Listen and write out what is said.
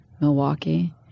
Milwaukee